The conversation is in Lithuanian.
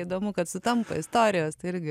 įdomu kad sutampa istorijos tai irgi